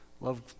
love